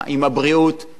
אבל כנראה אתה יודע,